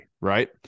right